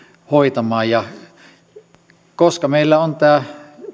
hoitamaan koska meillä on tämä